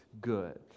good